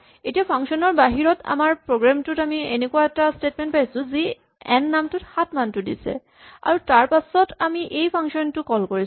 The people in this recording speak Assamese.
এতিয়া ফাংচন ৰ বাহিৰত আমাৰ প্ৰগ্ৰেম টোত আমি এনেকুৱা এটা স্টেটমেন্ট পাইছো যি এন নামটোত ৭ মানটো দিছে আৰু তাৰপাছত আমি এই ফাংচন টো কল কৰিছো